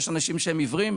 יש אנשים שהם עיוורים,